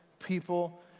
people